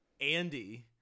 Andy